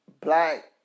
black